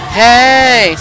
hey